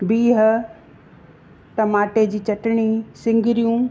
बिह टमाटे जी चटणी सिङरियूं